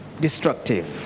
destructive